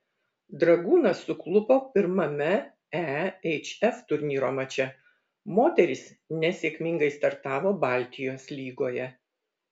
dragūnas suklupo pirmame ehf turnyro mače moterys nesėkmingai startavo baltijos lygoje